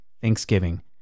Thanksgiving